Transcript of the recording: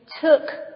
took